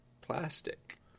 plastic